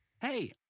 Hey